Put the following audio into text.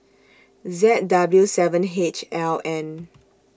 Z W seven H L N